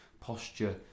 posture